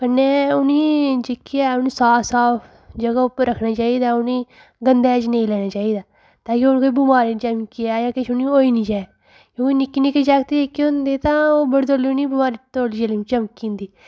कन्नै उ'नेंगी जेह्की ऐ उनें साफ साफ जगह् उप्पर रक्खना चाहिदा उनेंगी गंदै च नेईं लेना चाहिदा ताइयें उनेंगी कोई बीमारी नी चमकी जां किश उनेंगी होई नि जाए कि ओह् निक्के निक्के जागत जेहड़े होंदे तां उ'नेंगी बड़े तौले बमारी चमकी जन्दी